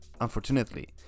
unfortunately